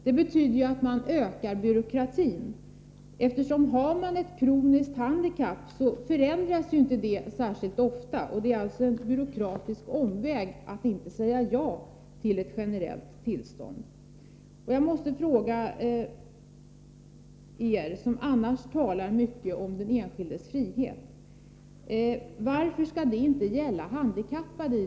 Det betyder att man ökar byråkratin. Har man ett kroniskt handikapp förändras inte det särskilt ofta — det är alltså en byråkratisk omväg att inte säga ja till ett generellt tillstånd. Jag måste fråga er som annars talar mycket om den enskildes frihet: Varför skall det inte gälla handikappade?